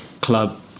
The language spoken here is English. club